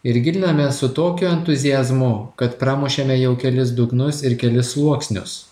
ir giliname su tokiu entuziazmu kad pramušėme jau kelis dugnus ir kelis sluoksnius